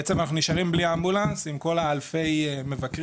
בעצם אנחנו נשארים בלי אמבולנס עם כל אלפי המבקרים,